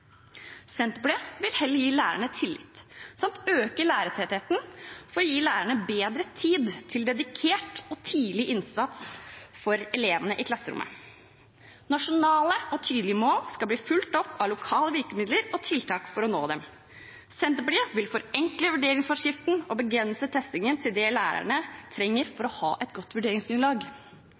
Senterpartiet vil heller gi lærerne tillit samt øke lærertettheten for å gi lærerne bedre tid til dedikert og tidlig innsats for elevene i klasserommet. Nasjonale, tydelige mål skal bli fulgt opp av lokale virkemidler og tiltak for å nå dem. Senterpartiet vil forenkle vurderingsforskriften og begrense testingen til det lærerne trenger for å ha et godt vurderingsgrunnlag.